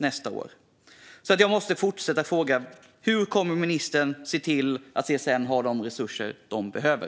Jag måste alltså fortsätta fråga hur ministern kommer att se till att CSN har de resurser de behöver.